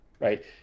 Right